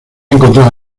encontrado